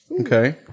Okay